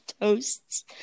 toasts